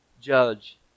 judge